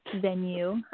venue